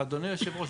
אדוני יושב הראש,